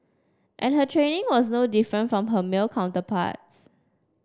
and her training was no different from her male counterparts